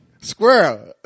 Squirrel